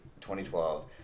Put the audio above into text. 2012